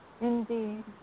Indeed